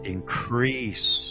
Increase